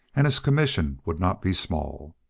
and his commission would not be small.